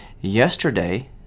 yesterday